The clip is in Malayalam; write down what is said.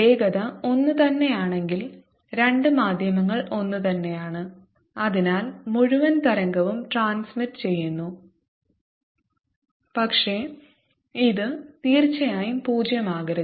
വേഗത ഒന്നുതന്നെയാണെങ്കിൽ രണ്ട് മാധ്യമങ്ങൾ ഒന്നുതന്നെയാണ് അതിനാൽ മുഴുവൻ തരംഗവും ട്രാൻസ്മിറ് ചെയ്യുന്നു പക്ഷേ ഇത് തീർച്ചയായും പൂജ്യമാകരുത്